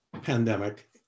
pandemic